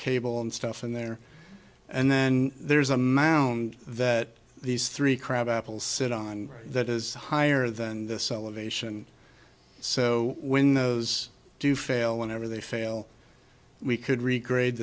cable and stuff in there and then there's a mound that these three crabapples sit on that is higher than this elevation so when those do fail whenever they fail we could re